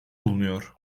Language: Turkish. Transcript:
bulunuyor